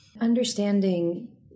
Understanding